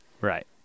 Right